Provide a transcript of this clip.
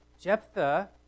Jephthah